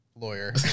lawyer